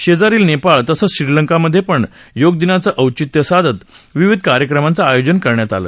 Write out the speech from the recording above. शेजारील नेपाळ तसंच श्रीलंका मध्ये पण योगदिनाचं औचित्य साधत विविध कार्यक्रमाचं आयोजन करण्यात आलं